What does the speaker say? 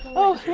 oh, hey,